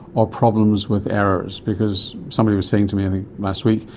or problems with errors? because somebody was saying to me, i think last week,